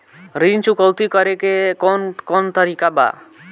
ऋण चुकौती करेके कौन कोन तरीका बा?